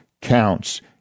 counts